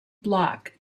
block